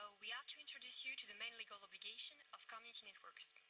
ah we have to introduce you to the main legal obligation of community networks.